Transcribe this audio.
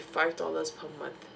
five dollars per month